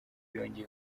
yongeye